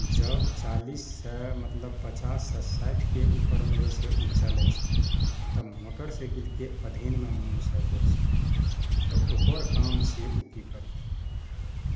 जब चालीस सँ मतलब पचाससँ साठिके उपरमे जे छै उ चलय छै तब मोटरसाइकिलके अधीनमे मनुष्य आबि जाइ छै तऽ ओकर काम छियै उ की करतय